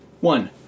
one